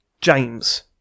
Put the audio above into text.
James